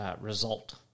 result